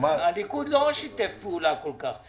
הליכוד לא שיתף פעולה כל כך.